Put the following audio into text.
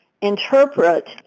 interpret